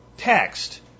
Text